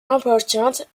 importante